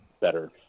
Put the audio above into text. better